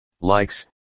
likes